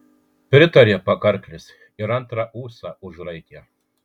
pritarė pakarklis ir antrą ūsą užraitė